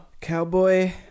Cowboy